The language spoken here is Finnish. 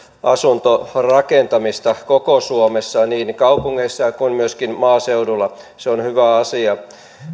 asuntorakentamista koko suomessa niin kaupungeissa kuin myöskin maaseudulla se on hyvä asia